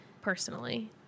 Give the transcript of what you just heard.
personally